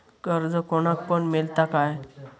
कर्ज कोणाक पण मेलता काय?